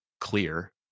clear